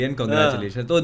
congratulations